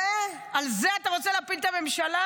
על זה אתה רוצה להפיל את הממשלה?